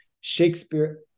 Shakespeare